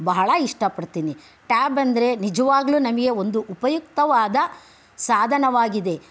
ಬಹಳ ಇಷ್ಟಪಡ್ತೀನಿ ಟ್ಯಾಬಂದರೆ ನಿಜವಾಗ್ಲು ನಮಗೆ ಒಂದು ಉಪಯುಕ್ತವಾದ ಸಾಧನವಾಗಿದೆ